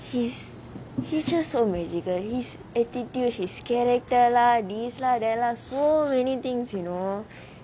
he's he's just so magical his attitude his character lah this lah that lah so many things you know